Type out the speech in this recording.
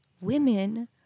Women